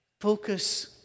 Focus